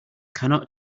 cannot